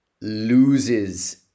loses